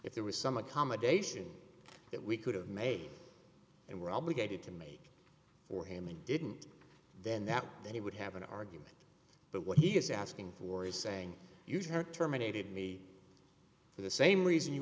if there was some accommodation that we could have made and were obligated to make for him and didn't then that then he would have an argument but what he is asking for is saying you had terminated me for the same reason you